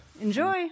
Enjoy